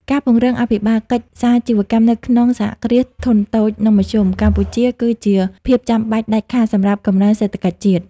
ការពង្រឹងអភិបាលកិច្ចសាជីវកម្មនៅក្នុង សហគ្រាសធុនតូច និងមធ្យម កម្ពុជា គឺជាភាពចាំបាច់ដាច់ខាតសម្រាប់កំណើនសេដ្ឋកិច្ចជាតិ។